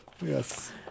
Yes